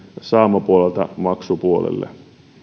saamapuolelta maksupuolelle